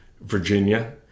Virginia